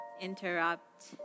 interrupt